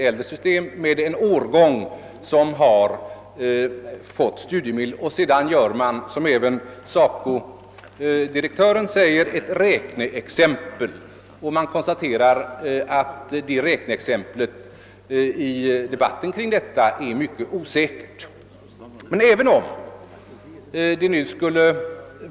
Från denna utgångspunkt gör man sedan, såsom även SACO anför, ett räkneexempel. Man konstaterar dessutom i debatten kring detta räkneexempel att det är mycket osäkert uppbyggt.